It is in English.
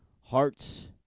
hearts